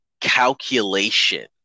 calculation